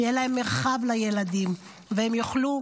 שיהיה להם מרחב לילדים והם יוכלו